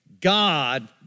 God